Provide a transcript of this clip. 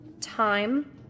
Time